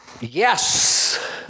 yes